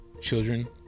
children